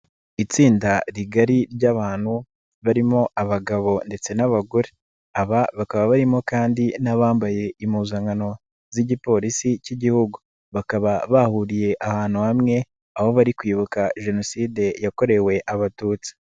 Itsinda rigari ry'abantu barimo abagabo ndetse n'abagore, aba bakaba barimo kandi n'abambaye impuzankano z'Igipolisi k'Igihugu bakaba bahuriye ahantu hamwe aho bari kwibuka Jenoside yakorewe Abatutsi.